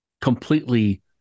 completely